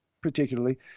particularly